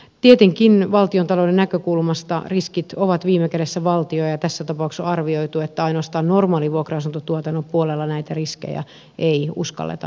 tietenkin valtiontalouden näkökulmasta riskit ovat viime kädessä valtion ja tässä tapauksessa on arvioitu että ainoastaan normaalin vuokra asuntotuotannon puolella näitä riskejä ei uskalleta ottaa